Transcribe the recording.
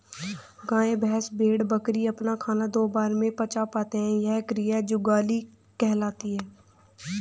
गाय, भैंस, भेड़, बकरी अपना खाना दो बार में पचा पाते हैं यह क्रिया जुगाली कहलाती है